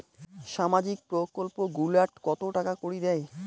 সামাজিক প্রকল্প গুলাট কত টাকা করি দেয়?